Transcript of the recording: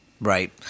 Right